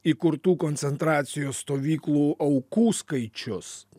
įkurtų koncentracijos stovyklų aukų skaičius